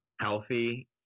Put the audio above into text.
healthy